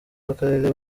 w’akarere